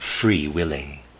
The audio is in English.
free-willing